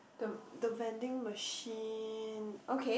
the the vending machine okay